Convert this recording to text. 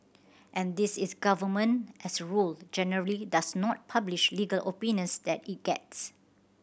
and this is government as a rule generally does not publish legal opinions that it gets